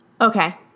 Okay